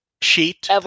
sheet